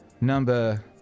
number